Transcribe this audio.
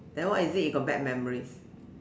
then what is it you got bad memories